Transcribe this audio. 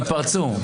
הם התפרצו.